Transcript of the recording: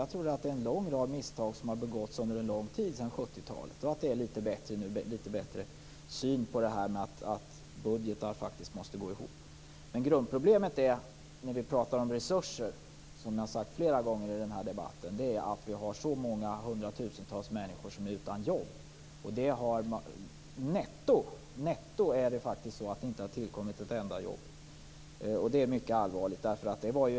Jag tror att det är en lång rad misstag som har begåtts under en lång tid sedan 70-talet och att det nu är litet bättre och en bättre syn som går ut på att budgetar faktiskt måste gå ihop. Men grundproblemet när vi talar om resurser är att vi har så många hundratusentals människor som är utan jobb. Netto har det faktiskt inte tillkommit ett enda jobb. Det är mycket allvarligt.